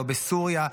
לא בסוריה,